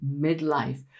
Midlife